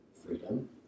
Freedom